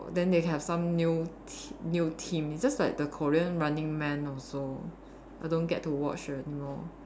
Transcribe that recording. then they have some new te~ new team it's just like the Korean running man also I don't get to watch anymore